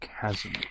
chasm